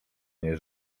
niej